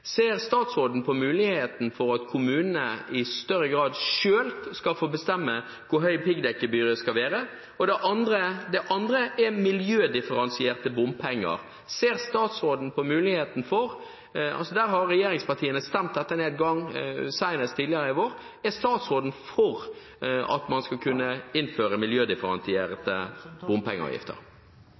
Ser statsråden på muligheten for at kommunene i større grad selv skal få bestemme hvor høyt piggdekkgebyret skal være? Det andre gjelder miljødifferensierte bompenger. Ser statsråden på muligheten for – der har altså regjeringspartiene stemt dette ned, senest tidligere i vår – at man skal kunne innføre miljødifferensierte bompengeavgifter?